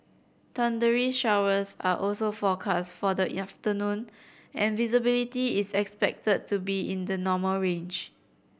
thundery showers are also forecast for the afternoon and visibility is expected to be in the normal range